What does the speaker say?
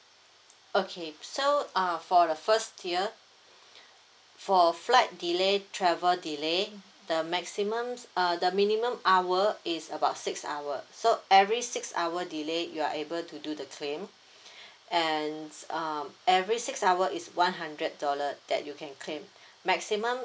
okay so uh for the first tier for flight delay travel delay the maximum uh the minimum hour is about six hour so every six hour delay you're able to do the claim and um every six hour it's one hundred dollar that you can claim maximum